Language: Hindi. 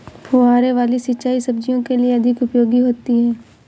फुहारे वाली सिंचाई सब्जियों के लिए अधिक उपयोगी होती है?